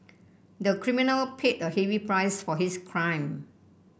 the criminal paid a heavy price for his crime